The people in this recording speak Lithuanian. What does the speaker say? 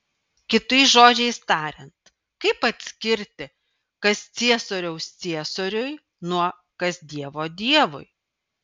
kitais žodžiais tariant kaip atskirti kas ciesoriaus ciesoriui nuo kas dievo dievui